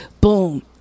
boom